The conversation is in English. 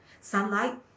sunlight